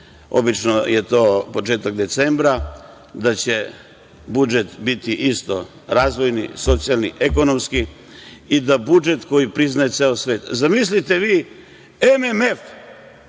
obično je to početak decembra, da će budžet biti isto razvojni, socijalni, ekonomski i budžet koji priznaje ceo svet. Zamislite vi, MMF,